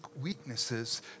weaknesses